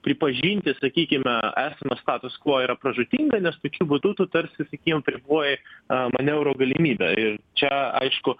pripažinti sakykime esamą status kvo yra pražūtinga nes tokiu būdu tu tarsi sakykim apriboji manevrų galimybę ir čia aišku